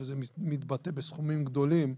וזה מתבטא בסכומים גדולים,